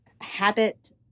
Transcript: habit